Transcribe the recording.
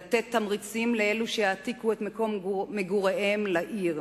לתת תמריצים לאלו שיעתיקו את מקום מגוריהם לעיר.